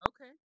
Okay